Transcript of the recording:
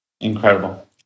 Incredible